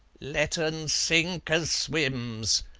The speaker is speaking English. let un sink as swims,